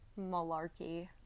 malarkey